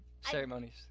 Ceremonies